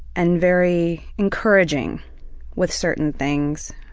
and very encouraging with certain things.